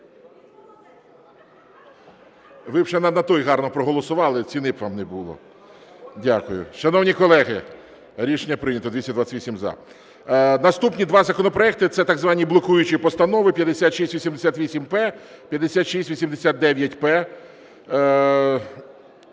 Ви б ще на той гарно проголосували, ціни б вам не було. Дякую. Шановні колеги… Рішення прийнято, 228 – за. Наступні два законопроекти – це так звані блокуючі постанови 5688-П, 5689-П.